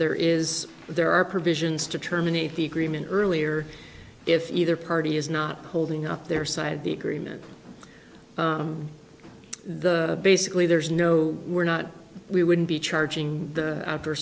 there is there are provisions to terminate the agreement earlier if either party is not holding up their side of the agreement the basically there is no we're not we wouldn't be charging